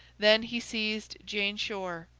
then, he seized jane shore,